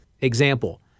Example